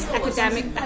academic